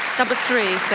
number three.